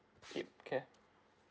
it okay